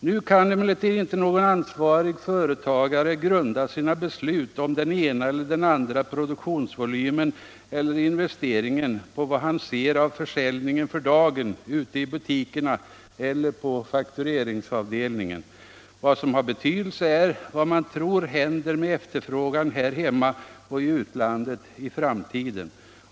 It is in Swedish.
Nu kan emellertid inte någon ansvarig företagare grunda sina beslut om den ena eller andra produktionsvolymen eller investeringen på vad han ser av försäljningen för dagen ute i butikerna eller på faktureringsavdelningen. Vad som har betydelse är vad man tror händer med efterfrågan här hemma och i utlandet i framtiden.